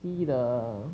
see the